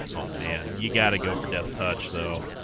oh man you got to go for death touch though